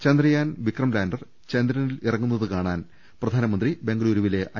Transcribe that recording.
ചന്ദ്രയാൻ വിക്രംലാന്റർ ചന്ദ്രനിൽ ഇറങ്ങുന്നത് കാണാൻ പ്രധാനമന്ത്രി ബംഗളുരുവിലെ ഐ